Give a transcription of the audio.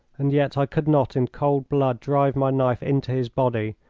and yet i could not in cold blood drive my knife into his body,